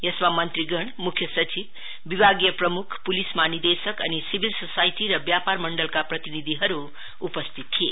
यसमा मंत्रीगणमुख्य सचिव विभागीय प्रमुखपुलिस महा निदेशक अनि सिभिल सोसाइटी र व्यापार मण्डलका प्रतिनिधिहरु उपस्थित थिए